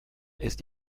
ist